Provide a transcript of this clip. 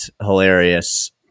hilarious